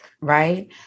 right